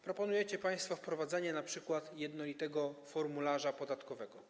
Proponujecie państwo wprowadzenie np. jednolitego formularza podatkowego.